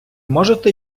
можете